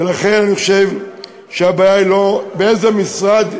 ולכן אני חושב שהבעיה היא לא באיזה משרד תטופל השאלה,